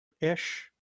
ish